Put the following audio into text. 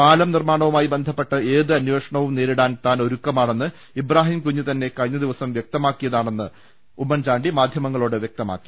പാലം നിർമാണവുമായി ബന്ധപ്പെട്ട് ഏത് അന്വേഷണവും നേരിടാൻ താൻ ഒരുക്ക മാണെന്ന് ഇബ്രാഹിംകുഞ്ഞ് തന്നെ കഴിഞ്ഞ ദിവസം വൃക്ത മാക്കിയതാണെന്ന് അദ്ദേഹം മാധ്യമങ്ങളോട് പറഞ്ഞു